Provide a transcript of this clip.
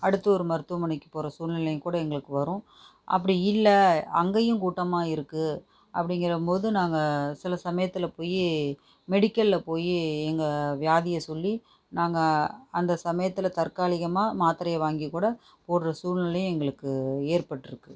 அடுத்து ஒரு மருத்துவமனைக்கு போகிற சூழ்நிலையும் கூட எங்களுக்கு வரும் அப்படி இல்லை அங்கேயும் கூட்டமாக இருக்குது அப்படிங்கிற போது நாங்கள் சில சமயத்தில் போய் மெடிக்கலில் போய் எங்கள் வியாதியை சொல்லி நாங்கள் அந்த சமயத்தில் தற்காலிகமாக மாத்திரைய வாங்கிக் கூட போடுகிற சூழ்நிலையும் எங்களுக்கு ஏற்பட்டுருக்கு